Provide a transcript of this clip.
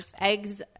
eggs